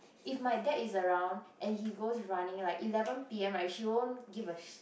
if my dad is around and he goes running like eleven P_M right she won't give a shit